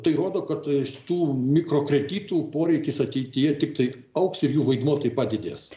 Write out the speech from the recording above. tai rodo kad iš tų mikrokreditų poreikis ateityje tik tai augs ir jų vaidmuo taip pat didės